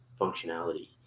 functionality